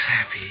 happy